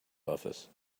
office